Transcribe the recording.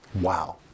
Wow